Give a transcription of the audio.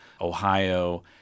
Ohio